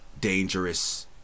dangerous